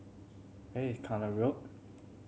where is Kallang Road